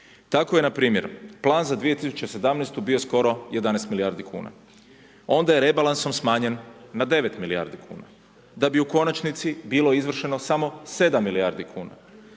Tako je npr. plan za 2017. bio skoro 11 milijardi kuna onda je rebalansom smanjen na 9 milijardi kuna da bi u konačnici bilo izvršeno samo 7 milijardi kuna.